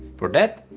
for that,